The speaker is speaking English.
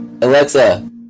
Alexa